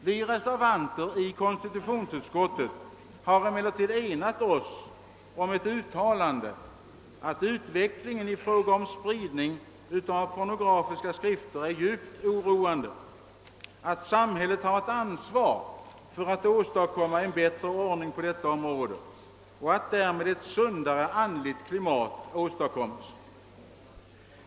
Vi reservanter i konstitutionsutskottet har emellertid enat oss om ett uttalande att utvecklingen i fråga om spridning av pornografiska skrifter är djupt oroande och att samhället har ett ansvar för att åstadkomma en bättre ordning på detta område och därmed ett sundare andligt klimat.